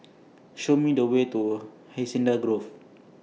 Show Me The Way to Hacienda Grove